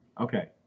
okay